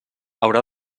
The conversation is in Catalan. haurà